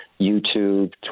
YouTube